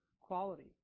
quality